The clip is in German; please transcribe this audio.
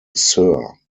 sir